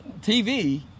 TV